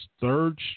third